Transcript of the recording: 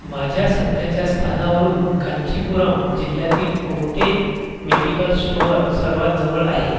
माझ्या सध्याच्या स्थानावरून कांचीपुरम जिल्ह्यातील कोणते मेल्डिकल स्टोअर सर्वात जवळ आहे